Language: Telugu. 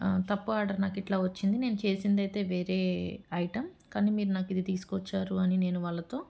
తప్పు ఆర్డర్ నాకు ఇట్లా వచ్చింది నేను చేసింది అయితే వేరే ఐటెమ్ కానీ మీరు నాకు ఇది తీసుకొచ్చారు అని నేను వాళ్లతో